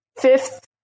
fifth